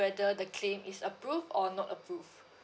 whether the claim is approved or not approved